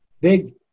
big